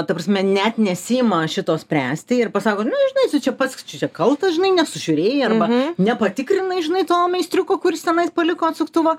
ta prasme net nesiima šito spręsti ir pasako nu žinai tu čia pats čia kaltas žinai nesužiūrėjai arba nepatikrinai žinai to meistriuko kuris tenais paliko atsuktuvą